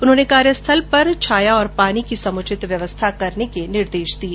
उन्होंने कार्यस्थल पर छाया और पानी की समुचित व्यवस्था करने के निर्देश दिए